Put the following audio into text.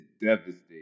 devastating